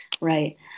right